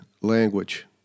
language